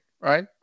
right